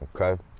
okay